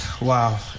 Wow